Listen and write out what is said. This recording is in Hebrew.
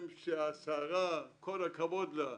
השרה, כל הכבוד לה,